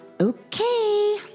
Okay